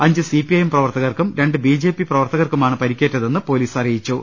Anju C P I M പ്രവർത്തകർക്കും രണ്ടു B J P പ്രവർത്തകർക്കുമാണ് പരിക്കേറ്റതെന്ന് പൊലീസ് അറിയിച്ചു